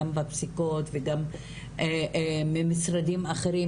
גם בפסיקות וגם ממשרדים אחרים,